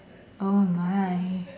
oh my